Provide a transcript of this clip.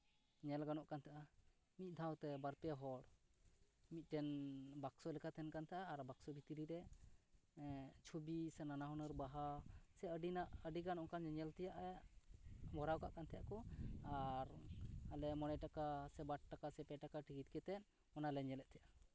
ᱧᱮᱞ ᱜᱟᱱᱚᱜ ᱠᱟᱱ ᱛᱟᱦᱮᱸᱜᱼᱟ ᱢᱤᱫ ᱫᱷᱟᱣ ᱛᱮ ᱵᱟᱨᱯᱮ ᱦᱚᱲ ᱢᱤᱫᱴᱮᱱ ᱵᱟᱠᱥᱚ ᱞᱮᱠᱟ ᱛᱟᱦᱮᱱ ᱠᱟᱱ ᱛᱟᱦᱮᱸᱜᱼᱟ ᱟᱨ ᱵᱟᱠᱥᱚ ᱵᱷᱤᱛᱨᱤ ᱨᱮ ᱪᱷᱚᱵᱤ ᱥᱮ ᱱᱟᱱᱟ ᱦᱩᱱᱟᱹᱨ ᱵᱟᱦᱟ ᱥᱮ ᱟᱹᱰᱤᱱᱟᱜ ᱟᱹᱰᱤᱜᱟᱱ ᱧᱮᱧᱮᱞ ᱛᱮᱭᱟᱜᱼᱮ ᱵᱷᱚᱨᱟᱣ ᱠᱟᱜ ᱛᱟᱦᱮᱱ ᱠᱚ ᱟᱨ ᱟᱞᱮ ᱢᱚᱬᱮ ᱴᱟᱠᱟ ᱥᱮ ᱵᱟᱨ ᱴᱟᱠᱟ ᱥᱮ ᱯᱮ ᱴᱟᱠᱟ ᱴᱤᱠᱤᱴ ᱠᱟᱛᱮᱫ ᱚᱱᱟᱞᱮ ᱧᱮᱞᱮᱫ ᱛᱟᱦᱮᱸᱜᱼᱟ